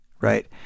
right